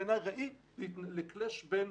לדעתי, היא להתנגשות בין